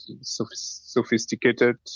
sophisticated